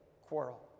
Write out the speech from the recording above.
quarrel